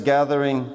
Gathering